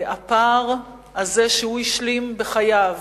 הפער הזה שהוא השלים בחייו,